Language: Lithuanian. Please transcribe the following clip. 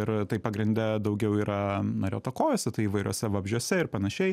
ir tai pagrinde daugiau yra nariuotakojuose tai įvairiuose vabzdžiuose ir panašiai